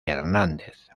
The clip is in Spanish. hernández